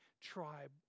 tribe